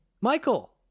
Michael